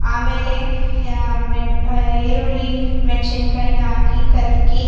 ಆಮೇಲೆ ಮೆನ್ ಆ ಈರುಳ್ಳಿ ಮೆಣಸಿನಕಾಯ್ನ ಹಾಕಿ ಕಲ್ಕಿ